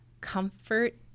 comfort